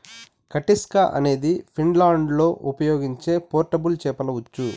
కటిస్కా అనేది ఫిన్లాండ్లో ఉపయోగించే పోర్టబుల్ చేపల ఉచ్చు